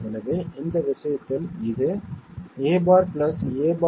எனவே இந்த விஷயத்தில் இது a' a'